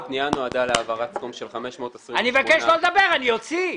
אני לא מקזז.